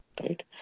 right